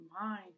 mind